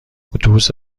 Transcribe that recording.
اتوبوس